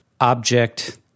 object